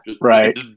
right